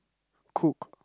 cook